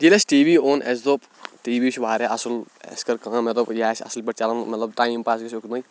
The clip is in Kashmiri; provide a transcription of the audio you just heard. ییٚلہِ اَسہِ ٹی وی اوٚن اَسہِ دوٚپ ٹی وی چھُ واریاہ اَصٕل اَسہِ کٔر کٲم مےٚ دوٚپ یہِ آسہِ اَصٕل پٲٹھۍ چلان مطلب ٹایم پاس گژھِ اُکنٕے